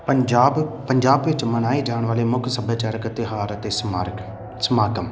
ਪੰਜਾਬ ਪੰਜਾਬ ਵਿੱਚ ਮਨਾਏ ਜਾਣ ਵਾਲੇ ਮੁੱਖ ਸੱਭਿਆਚਾਰਕ ਤਿਉਹਾਰ ਅਤੇ ਸਮਾਰਕ ਸਮਾਗਮ